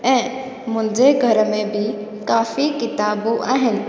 ऐं मुंहिंजे घर में बि काफ़ी किताबूं आहिनि